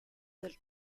del